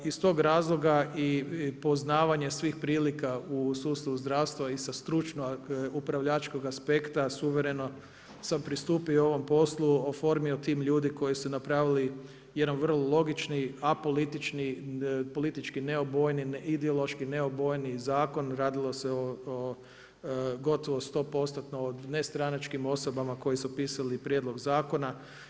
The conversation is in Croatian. Iz tog razloga i poznavanje svih prilika u sustavu zdravstva i sa stručnog upravljačkog aspekta suvereno sam pristupio ovom poslu, oformio tim ljudi koji su napravili jedan vrlo logični apolitični politički neobojeni ideološki neobojeni zakon, radilo se o gotovo sto postotno o nestranačkim osobama koje su pisale prijedlog zakona.